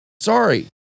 sorry